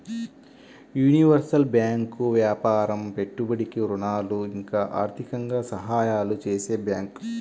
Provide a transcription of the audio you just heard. universal bank వ్యాపారం పెట్టుబడికి ఋణాలు ఇంకా ఆర్థికంగా సహాయాలు చేసే బ్యాంకు